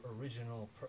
original